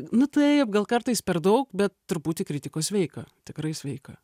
nu taip gal kartais per daug bet truputį kritikos sveika tikrai sveika